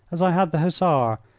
as i had the hussar,